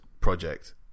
project